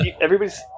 everybody's